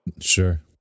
Sure